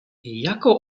jaką